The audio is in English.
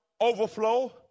overflow